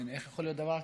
איך יכול להיות דבר כזה,